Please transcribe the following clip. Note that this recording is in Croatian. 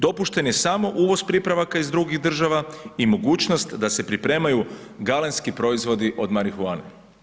Dopušten je samo uvoz pripravaka iz drugih država i mogućnost da se pripremaju galenski proizvodi od marihuane.